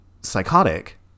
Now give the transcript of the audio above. psychotic